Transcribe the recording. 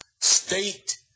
state